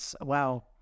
wow